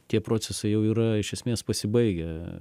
tie procesai jau yra iš esmės pasibaigę